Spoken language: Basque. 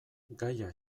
gaia